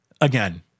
Again